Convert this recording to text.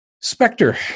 Spectre